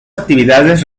actividades